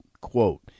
Quote